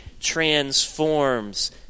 transforms